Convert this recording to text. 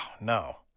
no